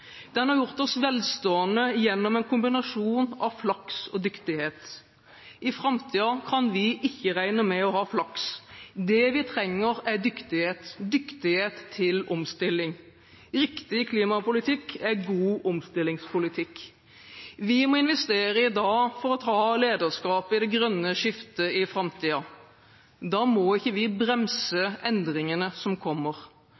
Den har gjort oss velstående gjennom en kombinasjon av flaks og dyktighet. I framtiden kan vi ikke regne med å ha flaks. Det vi trenger, er dyktighet – dyktighet til omstilling. Riktig klimapolitikk er god omstillingspolitikk. Vi må investere i dag for å ta lederskap i det grønne skiftet i framtiden. Da må vi ikke